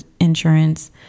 insurance